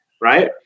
right